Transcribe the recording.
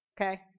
Okay